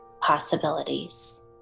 possibilities